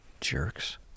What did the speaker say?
Jerks